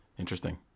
Interesting